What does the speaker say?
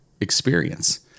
experience